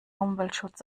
umweltschutz